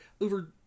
over